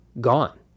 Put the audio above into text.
gone